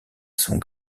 sont